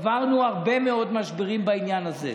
עברנו הרבה מאוד משברים בעניין הזה,